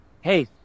hey